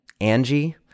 Angie